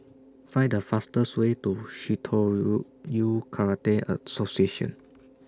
Find The fastest Way to Karate Association